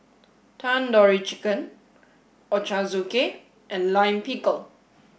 Tandoori Chicken Ochazuke and Lime Pickle